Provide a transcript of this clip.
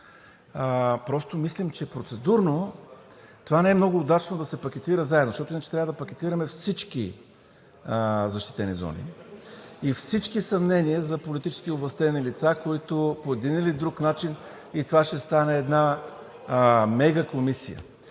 Просто мислим, че процедурно това не е много удачно да се пакетира заедно. Защото иначе трябва да пакетираме всички защитени зони и всички съмнения за политически овластени лица, които по един или друг начин, и това ще стане една мегакомисия.